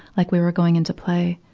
like we were going in to play.